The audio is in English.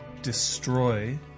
destroy